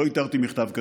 לא איתרתי מכתב כזה.